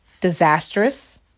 disastrous